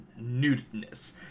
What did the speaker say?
nudeness